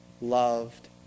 loved